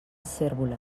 cérvoles